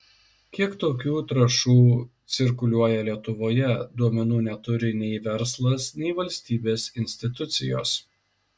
kiek tokių trąšų cirkuliuoja lietuvoje duomenų neturi nei verslas nei valstybės institucijos